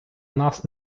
нас